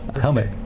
Helmet